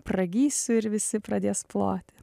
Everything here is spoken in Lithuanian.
pragysiu ir visi pradės plot